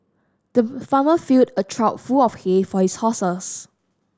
the farmer filled a trough full of hay for his horses